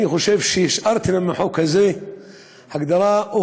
אני חושב שהשארתם עם החוק הזה הגדרה או